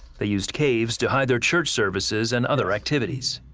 they used caves to hide their church services and other activities.